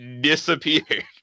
disappeared